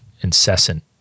incessant